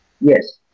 Yes